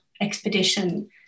expedition